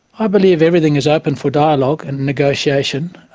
i believe everything is open for dialogue and negotiation.